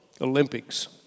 Olympics